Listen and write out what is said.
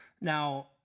Now